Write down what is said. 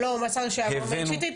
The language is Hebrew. שלום, השר לשעבר מאיר שטרית.